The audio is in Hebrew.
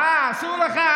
אסור לך?